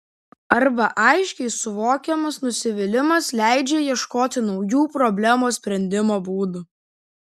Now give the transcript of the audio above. arba aiškiai suvokiamas nusivylimas leidžia ieškoti naujų problemos sprendimo būdų